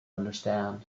understand